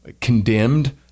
condemned